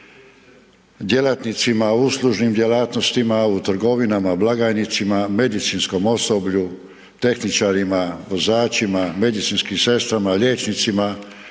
u uslužnim djelatnosti, u trgovinama blagajnicima, medicinskom osoblju, tehničarima, vozačima, medicinskim sestrama, liječnicima,